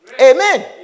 Amen